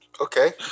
Okay